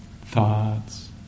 thoughts